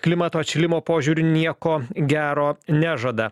klimato atšilimo požiūriu nieko gero nežada